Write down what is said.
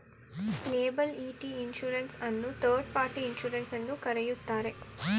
liability insurance ಅನ್ನು third party insurance ಎಂದು ಕರೆಯುತ್ತಾರೆ